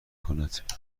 کند